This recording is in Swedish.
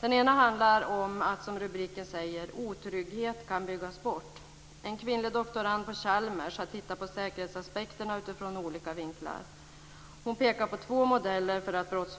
Den ena handlar, som rubriken säger, om att otrygghet kan byggas bort. En kvinnlig doktorand från Chalmers har tittat på säkerhetsaspekterna ur olika vinklar. Hon pekar på två modeller för att förebygga brott.